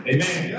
Amen